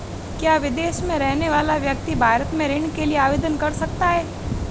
क्या विदेश में रहने वाला व्यक्ति भारत में ऋण के लिए आवेदन कर सकता है?